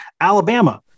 Alabama